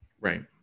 Right